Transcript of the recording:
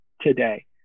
today